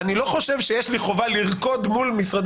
אני לא חושב שיש לי חובה לרקוד מול משרדי